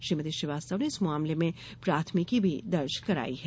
श्रीमती श्रीवास्तव ने इस मामले में प्राथमिकी भी दर्ज कराई है